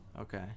okay